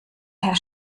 her